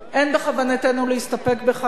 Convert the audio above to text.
אין בכוונתנו להסתפק בכך.